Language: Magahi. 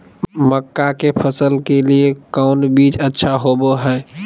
मक्का के फसल के लिए कौन बीज अच्छा होबो हाय?